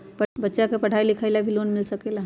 बच्चा के पढ़ाई लिखाई ला भी लोन मिल सकेला?